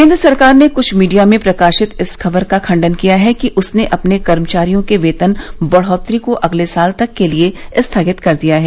केन्द्र सरकार ने कुछ मीडिया में प्रकाशित इस खबर का खंडन किया है कि उसने अपने कर्मचारियों के वेतन बढ़ोतरी को अगले साल तक के लिए स्थगित कर दिया है